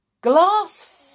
Glass